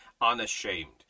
unashamed